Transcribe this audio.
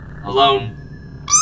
alone